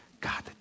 God